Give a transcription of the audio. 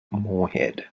moorhead